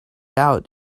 out